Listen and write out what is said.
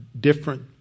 different